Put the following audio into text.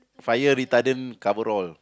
fire retardant cover all